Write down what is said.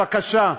בבקשה.